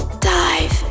Dive